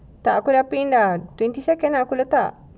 tak aku dah pin twenty second lah aku letak